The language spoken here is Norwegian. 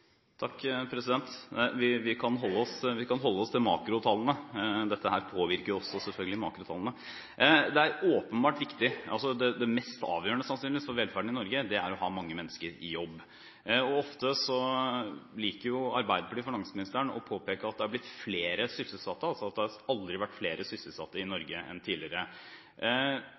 Vi kan holde oss til makrotallene, for dette påvirker selvfølgelig også dem. Det er åpenbart viktig, og sannsynligvis det mest avgjørende for velferden i Norge, å ha mange mennesker i jobb. Ofte liker Arbeiderpartiet – finansministeren – å påpeke at det er blitt flere sysselsatte, altså at det aldri har vært flere sysselsatte i Norge i dag enn tidligere.